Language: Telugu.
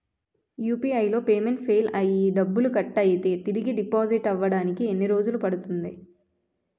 యు.పి.ఐ లో పేమెంట్ ఫెయిల్ అయ్యి డబ్బులు కట్ అయితే తిరిగి డిపాజిట్ అవ్వడానికి ఎన్ని రోజులు పడుతుంది?